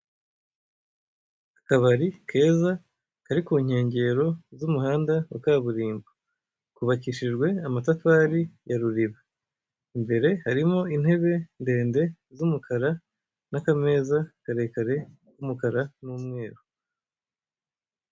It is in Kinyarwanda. Akabari keza kari ku nkengero z'umuhanda wa kaburimbo. Kubabakishijwe amatafari ya Ruriba, imbere harimo intebe ndende z'umukara n'akameza karekare k'umukara n'umweru.